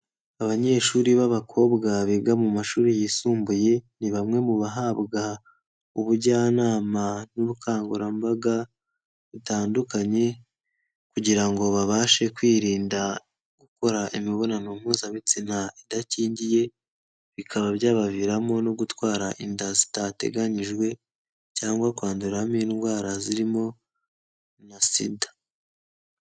Abanyeshuri b'abakobwa biga mu mashuri yisumbuye, ni bamwe mu bahabwa ubujyanama n'ubukangurambaga butandukanye, kugira ngo babashe kwirinda gukora imibonano mpuzabitsina idakingiye, bikaba byabaviramo no gutwara inda zitateganyijwe, cyangwa kwanduriramo indwara zirimo na sida.